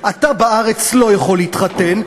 אתה בארץ לא יכול להתחתן,